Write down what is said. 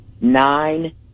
nine